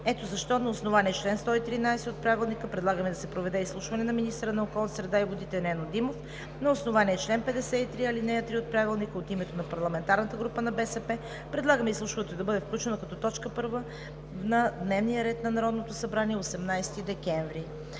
Ето защо на основание чл. 113 от Правилника предлагаме да се проведе изслушване на министъра на околната среда и водите Нено Димов на основание чл. 53, ал. 3 от Правилника. От името на парламентарната група на БСП предлагаме изслушването да бъде включено като точка първа в дневния ред на Народното събрание на 18 декември